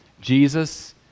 Jesus